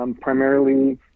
primarily